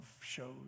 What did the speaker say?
shows